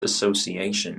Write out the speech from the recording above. association